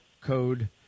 code